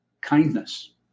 kindness